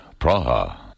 Praha